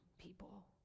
people